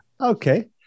okay